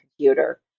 computer